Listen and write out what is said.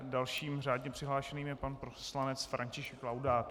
Dalším řádně přihlášeným je pan poslanec František Laudát.